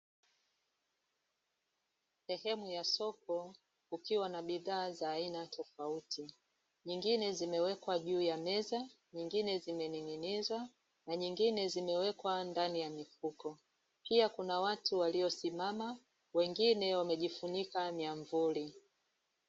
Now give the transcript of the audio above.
Sehemu ya soko ukiwa na bidhaa za aina tofauti. Nyingine zimewekwa juu ya meza, nyingine zimening'inizwa na nyingine zimewekwa ndani ya mifuko. Pia, kuna watu waliosimama, wengine wamejifunika miamvuli.